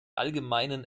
allgemeinen